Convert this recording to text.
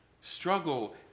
struggle